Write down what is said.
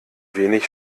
wenig